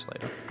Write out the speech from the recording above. later